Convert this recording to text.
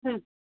હમ